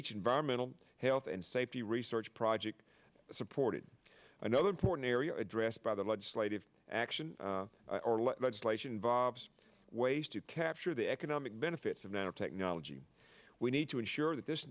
each environmental health and safety research project supported another important area addressed by the legislative action or legislation involves ways to capture the economic benefits of nanotechnology we need to ensure that this